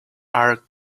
are